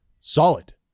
solid